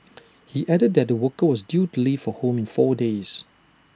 he added that the worker was due to leave for home in four days